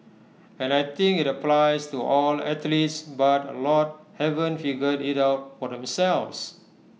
and I think IT applies to all athletes but A lot haven't figured IT out for themselves